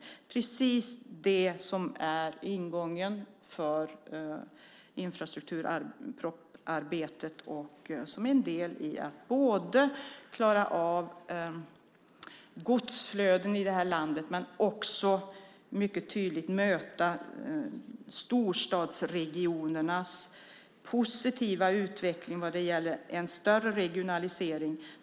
Det är precis det som är ingången för arbetet med infrastrukturpropositionen och en del i att både klara av godsflöden i det här landet och att mycket tydligt möta storstadsregionernas positiva utveckling vad gäller en större regionalisering.